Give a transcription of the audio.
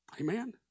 Amen